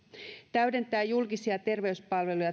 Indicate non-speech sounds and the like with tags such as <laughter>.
täydentää julkisia terveyspalveluja <unintelligible>